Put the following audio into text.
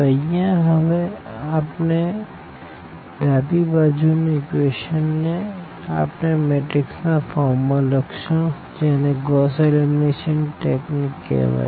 તો અહિયાં આપણે હવે ડાબી બાજુ નું ઇક્વેશન ને આપણે મેટ્રીક્સ ના ફોર્મ માં લખશું જેને ગોસ એલિમિનેશન ટેકનીક કેહવાય